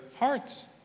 hearts